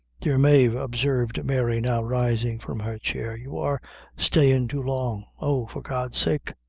dear mave, observed mary, now rising from her chair, you are stayin' too long oh, for god's sake,